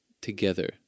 together